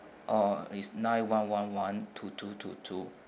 oh is nine one one one two two two two